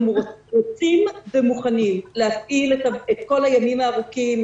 רוצים ומוכנים להפעיל את כל הימים הארוכים,